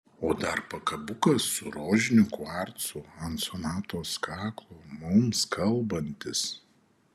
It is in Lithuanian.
o dar pakabukas su rožiniu kvarcu ant sonatos kaklo mums kalbantis